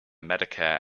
medicare